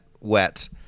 wet